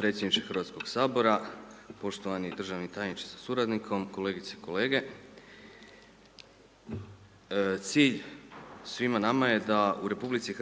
predsjedniče Hrvatskog sabora, poštovani državni tajniče sa suradnikom kolegice i kolege. Cilj svima nama je da u RH,